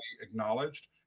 acknowledged